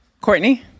Courtney